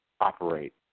operate